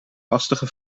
lastige